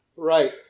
Right